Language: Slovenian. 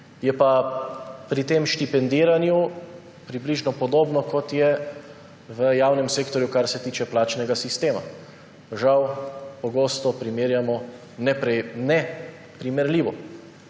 Je pa pri tem štipendiranju približno podobno, kot je v javnem sektorju, kar se tiče plačnega sistema. Žal pogosto primerjamo neprimerljivo,